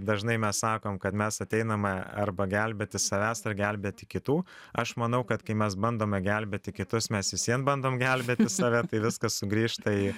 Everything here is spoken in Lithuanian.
dažnai mes sakom kad mes ateiname arba gelbėti savęs ar gelbėti kitų aš manau kad kai mes bandome gelbėti kitus mes visvien bandom gelbėti save tai viskas sugrįžta į